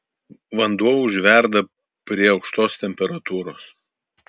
vanduo užverda prie aukštos temperatūros